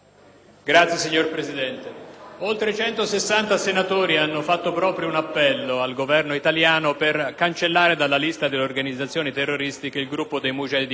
oltre 160 senatori hanno fatto proprio un appello al Governo italiano per cancellare dalla lista delle organizzazioni terroristiche il gruppo dei Mujaheddin del popolo iraniano.